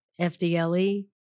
FDLE